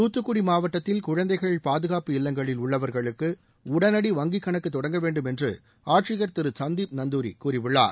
தூத்துக்குடி மாவட்டத்தில் குழந்தைகள் பாதுகாப்பு இல்லங்களில் உள்ளவர்களுக்கு உடனடி வங்கி கணக்கு தொடங்கவேண்டும் என்று ஆட்சியர் திரு சந்தீப் நந்தூரி கூறியுள்ளார்